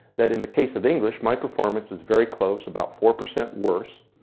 that in the case of english, my performance is very close, about four percent worse.